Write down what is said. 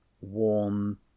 warm